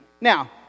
Now